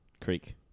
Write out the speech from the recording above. Creek